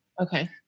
Okay